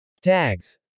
Tags